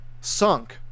sunk